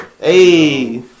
Hey